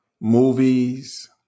movies